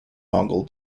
mongol